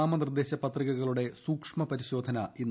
നാമനിർദ്ദേശ പത്രികകളുടെ സൂക്ഷ്മപരിശോധന ഇന്ന്